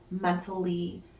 mentally